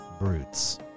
brutes